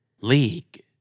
League